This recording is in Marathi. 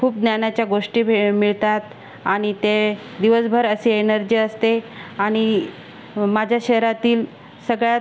खूप ज्ञानाच्या गोष्टी भे मिळतात आणि ते दिवसभर अशी एनर्जी असते आणि माझ्या शहरातील सगळ्यात